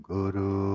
Guru